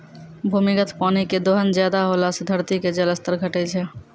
भूमिगत पानी के दोहन ज्यादा होला से धरती के जल स्तर घटै छै